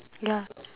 ya